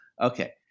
Okay